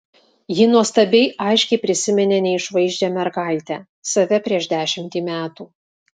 ji nuostabiai aiškiai prisiminė neišvaizdžią mergaitę save prieš dešimtį metų